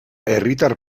herritar